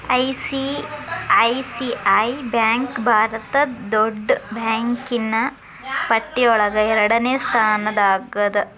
ICICI bank ಭಾರತದ್ ದೊಡ್ಡ್ ಬ್ಯಾಂಕಿನ್ನ್ ಪಟ್ಟಿಯೊಳಗ ಎರಡ್ನೆ ಸ್ಥಾನ್ದಾಗದ